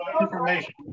information